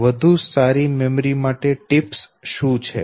વધુ સારી મેમરી માટે ટિપ્સ શું છે